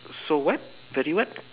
so what very what